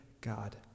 God